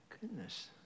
goodness